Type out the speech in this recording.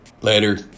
Later